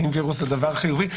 האם וירוס זה דבר חיובי?